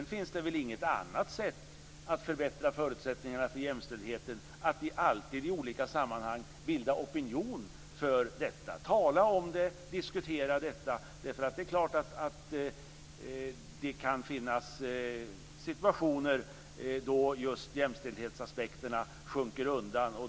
Det finns inget annat sätt att förbättra förutsättningarna för jämställdhet än att i olika sammanhang alltid bilda opinion - tala om det och diskutera det. Det kan finnas situationer då jämställdhetsaspekterna sjunker undan.